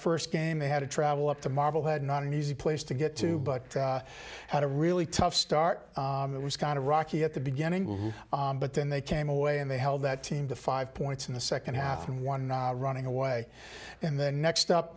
first game they had to travel up to marvel had not an easy place to get to but had a really tough start it was kind of rocky at the beginning but then they came in way and they held that team to five points in the second half and one running away and the next up